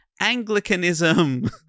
Anglicanism